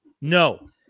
No